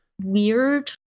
weird